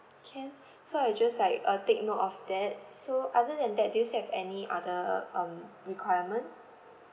can so I just like uh take note of that so other than that do you still have any other um requirement